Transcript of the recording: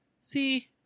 see